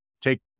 take